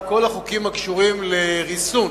כל החוקים הקשורים לריסון,